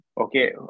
okay